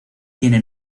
tiene